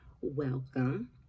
welcome